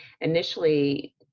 initially